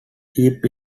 yip